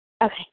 Okay